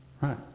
Right